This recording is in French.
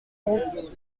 route